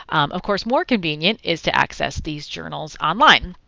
of course more convenient is to access these journals online.